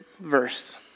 verse